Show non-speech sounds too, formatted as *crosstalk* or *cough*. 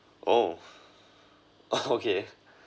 oh okay *laughs*